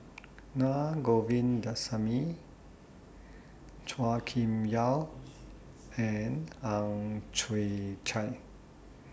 Na Govindasamy Chua Kim Yeow and Ang Chwee Chai